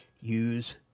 use